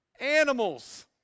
animals